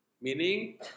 Meaning